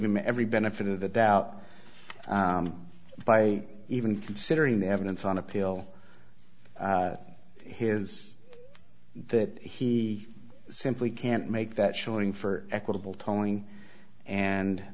him every benefit of the doubt by even considering the evidence on appeal his that he simply can't make that showing for equitable towing and